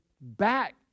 back